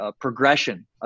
progression